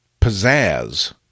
pizzazz